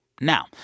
Now